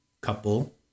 couple